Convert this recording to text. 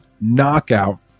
knockout